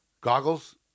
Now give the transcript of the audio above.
Goggles